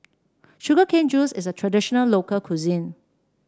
Sugar Cane Juice is a traditional local cuisine